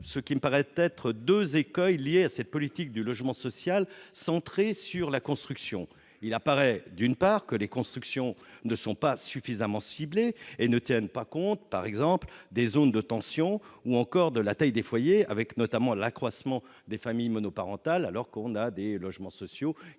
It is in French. ce qui me paraît peut-être 2 écueils liés à cette politique du logement social centré sur la construction, il apparaît, d'une part que les constructions ne sont pas suffisamment ciblée et ne tiennent pas compte, par exemple, des zones de tension ou encore de la taille des foyers avec notamment l'accroissement des familles monoparentales, alors qu'on a des logements sociaux